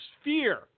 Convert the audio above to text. sphere